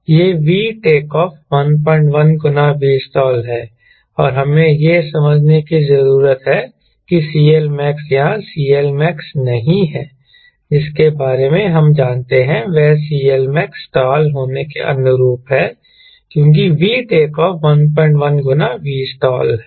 यह V take off 11 गुना Vstall है और हमें यह समझने की जरूरत है कि CLmax यहाँ CLmax नहीं हैजिसके बारे में हम जानते हैं वह CLMax स्टाल होने के अनुरूप है क्योंकि V टेक ऑफ 11 गुना vstall है